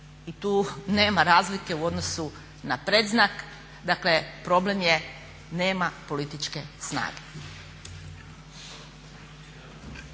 i tu nema razlike u odnosu na predznak, dakle problem je nema političke snage.